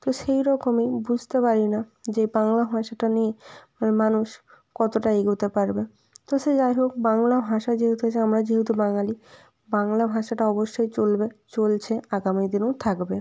তো সেই রকমই বুঝতে পারি না যে বাংলা ভাষাটা নিয়ে মানুষ কতটা এগোতে পারবে তো সে যাই হোক বাংলা ভাষা যেহেতু আছে আমরা যেহেতু বাঙালি বাংলা ভাষাটা অবশ্যই চলবে চলছে আগামী দিনেও থাকবে